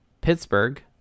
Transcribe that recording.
Pittsburgh